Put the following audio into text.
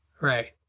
Right